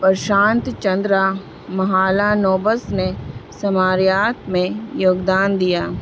پرشانت چندرا محالانوبس نے شماریات میں یوگدان دیا